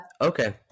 Okay